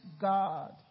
God